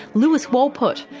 lewis wolpert.